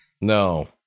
No